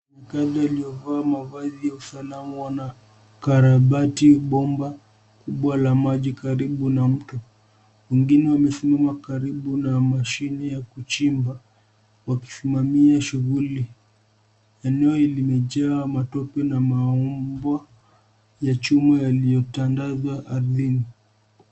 Wafanyikazi waliovaa mavazi ya usalama wanakarabati bomba kubwa la maji karibu na mto. Wengine amesimama karibu na mashini ya kuchimba wakisimamia shughuli. Eneo limejaa matope na maombwa ya chumba yaliyotandazwa ardhini.